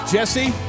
Jesse